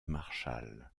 marshall